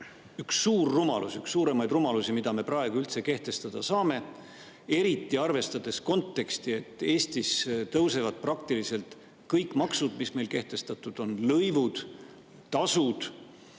üks suur rumalus, üks suuremaid rumalusi, mida me praegu üldse kehtestada saame, eriti arvestades konteksti, et Eestis tõusevad praktiliselt kõik maksud, mis meil kehtestatud on, lõivud, tasud,